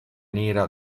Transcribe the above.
nera